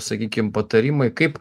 sakykim patarimai kaip